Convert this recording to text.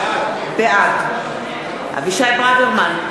בעד אבישי ברוורמן,